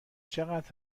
چقدر